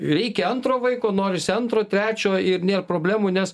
reikia antro vaiko norisi antro trečio ir nėr problemų nes